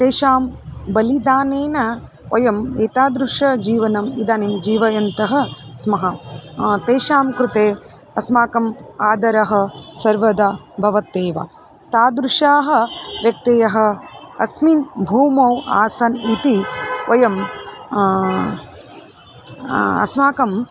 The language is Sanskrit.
तेषां बलिदानेन वयम् एतादृशं जीवनम् इदानीं जीवयन्तः स्मः तेषां कृते अस्माकम् आदरः सर्वदा भवत्येव तादृशाः व्यक्तयः अस्मिन् भूमौ आसन् इति वयम् अस्माकम्